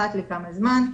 אחת לכמה זמן,